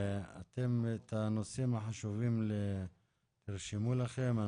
אתם, את הנושאים החשובים תרשמו לכם.